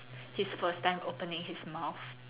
his first time opening his mouth